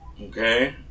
Okay